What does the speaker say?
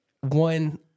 one